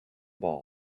ball